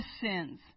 sins